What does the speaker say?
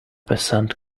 percent